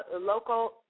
local